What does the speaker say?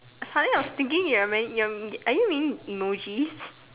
suddenly I was thinking you're my~ are you reading emojis